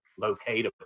locatable